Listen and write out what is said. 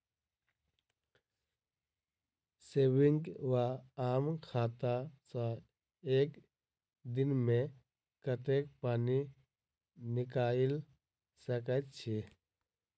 Saving वा आम खाता सँ एक दिनमे कतेक पानि निकाइल सकैत छी?